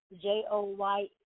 J-O-Y